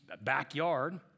backyard